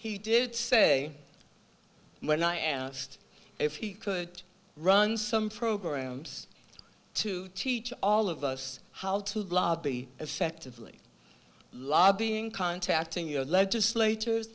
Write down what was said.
he did say when i asked if he could run some programs to teach all of us how to be effectively lobbying contacting your legislat